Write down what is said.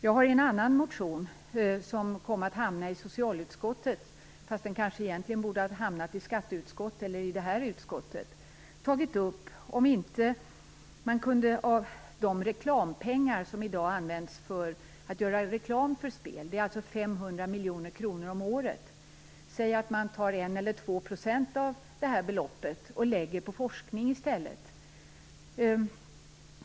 Jag har en annan motion som kom att hamna i socialutskottet fast den kanske egentligen borde ha hamnat i skatteutskottet eller i det här utskottet. Där har jag tagit upp om man inte kunde ta en del av de reklampengar som i dag används för att göra reklam för spel. Det är alltså 500 miljoner kronor om året. Säg att man tar 1-2 % av det här beloppet och lägger på forskning i stället.